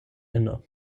inne